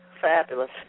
Fabulous